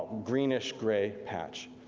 greenish gray patch.